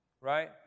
right